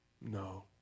no